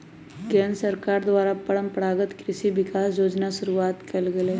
केंद्र सरकार द्वारा परंपरागत कृषि विकास योजना शुरूआत कइल गेलय